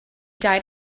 died